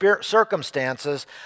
circumstances